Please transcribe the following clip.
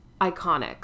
iconic